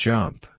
Jump